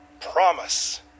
promise